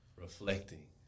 reflecting